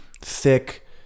thick